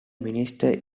minister